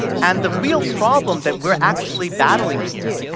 and the real problem that we're actually battling here,